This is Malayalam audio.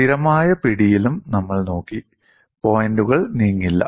സ്ഥിരമായ പിടിയിലും നമ്മൾ നോക്കി പോയിന്റുകൾ നീങ്ങില്ല